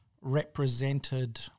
represented